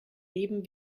leben